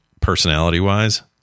personality-wise